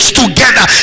together